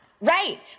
Right